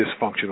dysfunctional